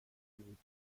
بود